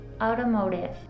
automotive